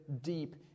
deep